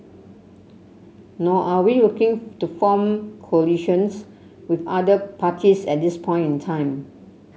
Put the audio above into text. nor are we looking to form coalitions with other parties at this point in time